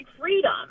freedom